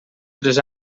tres